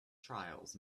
trials